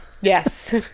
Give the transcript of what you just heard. Yes